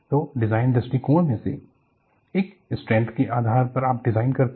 तो डिजाइन दृष्टिकोणों में से एक स्ट्रेंथ के आधार पर आप डिजाइन करते हैं